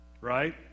right